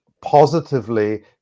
positively